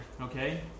okay